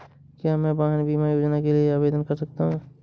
क्या मैं वाहन बीमा योजना के लिए आवेदन कर सकता हूँ?